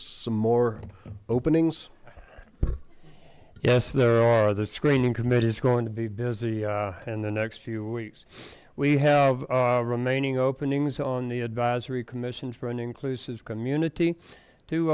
some more openings yes there are the screening committee is going to be busy in the next few weeks we have remaining openings on the advisory commission for an inclusive community